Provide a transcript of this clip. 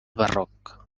barroc